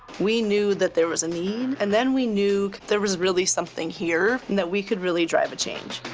we knew that there was a need, and then we knew there was really something here, and that we could really drive a change.